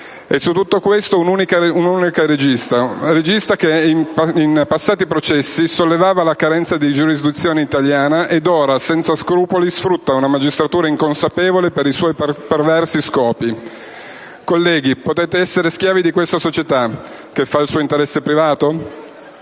E su tutto questo, una unica regista, una regista che in passati processi sollevava la carenza di giurisdizione italiana ed ora senza scrupoli sfrutta una magistratura inconsapevole per i suoi perversi scopi. Colleghi, potete essere schiavi di questa società che fa il suo interesse privato?